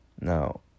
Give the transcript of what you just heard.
now